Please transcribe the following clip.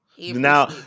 Now